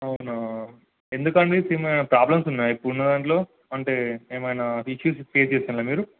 అవునా ఎందుకండి sim problems ఉన్నాయా ఇప్పుడు ఉన్న దాంట్లో అంటే ఏమైనా ఇష్యూస్ ఫేస్ చేస్తున్నారా మీరు